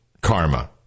karma